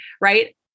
right